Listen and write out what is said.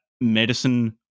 medicine